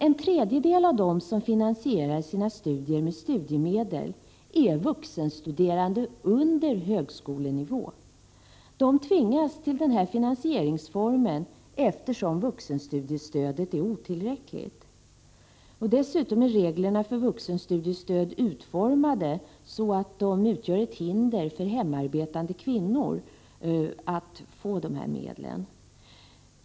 En tredjedel av dem som finansierar sina studier med studiemedel är vuxenstuderande under högskolenivå. De tvingas till den finansieringsformen, eftersom vuxenstudiestödet är otillräckligt. Dessutom är reglerna för vuxenstudiestöd utformade så att de utgör ett hinder för hemarbetande kvinnor att få dessa medel.